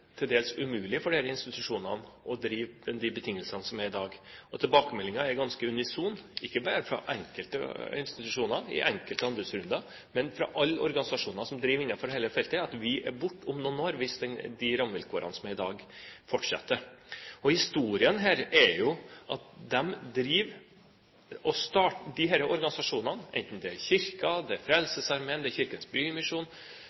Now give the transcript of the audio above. til dels umulig for disse institusjonene å drive med de betingelsene som er i dag. Tilbakemeldingen er ganske unison, ikke bare fra enkelte institusjoner i enkelte anbudsrunder, men fra alle organisasjoner som driver innenfor dette feltet, at vi er borte om noen år hvis de rammevilkårene som er i dag, fortsetter. Historien er jo at disse organisasjonene, enten det er Kirken, det er Frelsesarmeen, det er Kirkens Bymisjon, det er